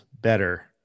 better